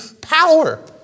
power